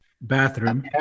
bathroom